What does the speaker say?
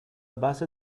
base